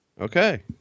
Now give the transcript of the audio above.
Okay